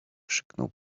krzyknął